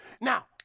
Now